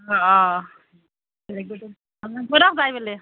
অঁ অঁ যাই ফেলে